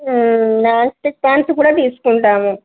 non stick pans కూడా తీసుకుంటాము